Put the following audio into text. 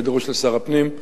בהיעדרו של שר הפנים.